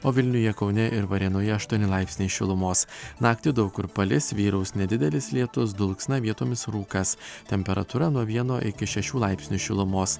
o vilniuje kaune ir varėnoje aštuoni laipsniai šilumos naktį daug kur palis vyraus nedidelis lietus dulksna vietomis rūkas temperatūra nuo vieno iki šešių laipsnių šilumos